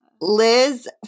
Liz